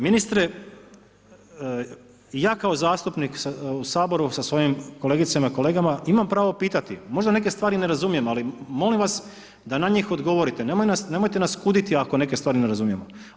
Ministre, ja kao zastupnik u Saboru sa svojim kolegicama i kolegama imam pravo pitati, možda neke stvari i ne razumijem ali molim vas da na njih odgovorite, nemojte nas kuditi ako neke stvari ne razumijemo.